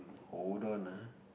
hold on ah